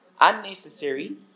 unnecessary